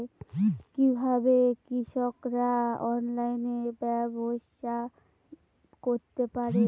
কিভাবে কৃষকরা অনলাইনে ব্যবসা করতে পারে?